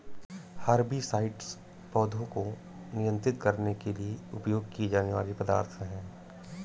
herbicides पौधों को नियंत्रित करने के लिए उपयोग किए जाने वाले पदार्थ हैं